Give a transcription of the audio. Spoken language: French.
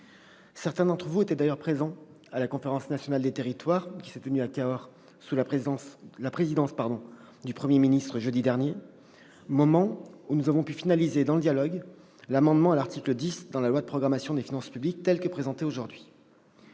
Certains d'entre vous étaient d'ailleurs présents à la Conférence nationale des territoires, qui s'est tenue à Cahors, jeudi dernier, sous la présidence du Premier ministre. Nous avons alors pu finaliser dans le dialogue la rédaction de l'amendement à l'article 10 dans la loi de programmation des finances publiques, telle que présentée aujourd'hui.